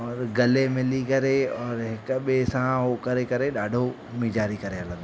और गले मिली करे औरि हिक ब्ॿिए सां उहो करे करे ॾाढो नीजारी करे हलंदा आहियूं